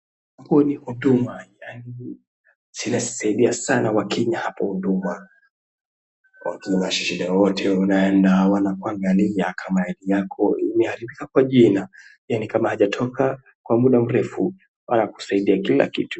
Hapo ni huduma, yaani inasaidia sana wakenya hapo huduma, watu wansa shida yoyote wanaenda wanakuangalia kama ID yako imearibika kwa jina, yaani kama haijatoka kwa muda mrefu wanakusaidia kila kitu.